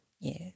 Yes